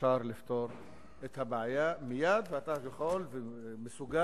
שאפשר לפתור את הבעיה מייד, ואתה יכול ומסוגל,